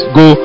go